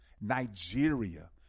Nigeria